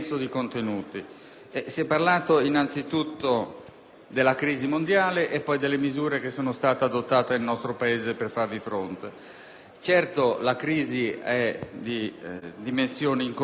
Si è parlato principalmente della crisi mondiale e poi delle misure che sono state adottate nel nostro Paese per farvi fronte. Certo, la crisi è di dimensioni inconsuete,